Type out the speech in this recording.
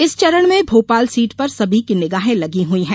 इस चरण में भोपाल सीट पर सभी की निगाहें लगी हुई हैं